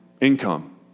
income